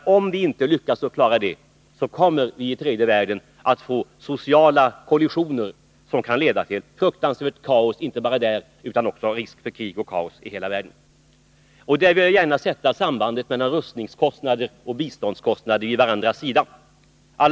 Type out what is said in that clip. Om vi inte lyckas klara detta, kommer vi i tredje världen att få sociala kollisioner som kan leda till ett fruktansvärt kaos, och det inte bara där — det kan också leda till risk för krig och kaos i hela världen. I det här sammanhanget vill jag gärna ta upp sambandet mellan rustningskostnader och biståndskostnader och ställa dem vid varandras sida.